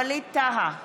ווליד טאהא,